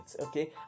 okay